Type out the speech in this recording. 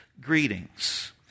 greetings